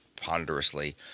ponderously